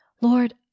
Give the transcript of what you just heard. Lord